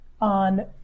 on